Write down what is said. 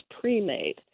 pre-made